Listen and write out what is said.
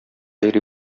йөри